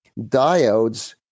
Diodes